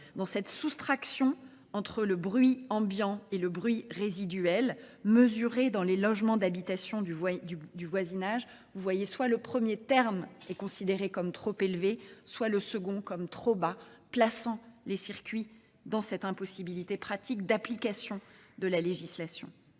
Dans cette soustraction entre le bruit ambiant et le bruit résiduel, mesurée dans les logements d'habitation du voisinage, vous voyez soit le premier terme est considéré comme trop élevé, soit le second comme trop bas, plaçant les circuits dans cette impossibilité pratique d'application de la législation.